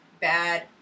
bad